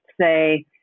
say